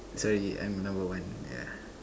so I'm number one yeah